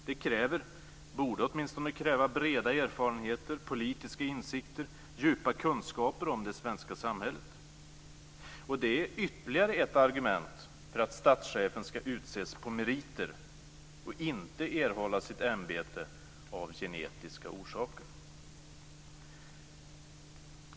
Det kräver, eller borde åtminstone kräva, breda erfarenheter, politiska insikter och djupa kunskaper om det svenska samhället. Och det är ytterligare ett argument för att statschefen ska utses på meriter och inte erhålla sitt ämbete av genetiska orsaker.